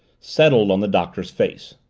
settled on the doctor's face.